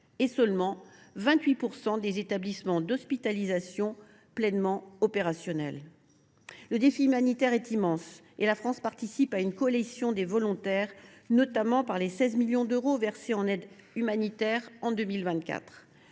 que seuls 28 % des établissements d’hospitalisation sont pleinement opérationnels. Le défi humanitaire est immense, et la France participe à une coalition des volontaires, notamment au travers des 16 millions d’euros d’aide humanitaire versés en 2024.